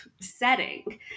setting